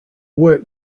work